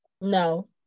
no